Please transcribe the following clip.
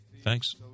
thanks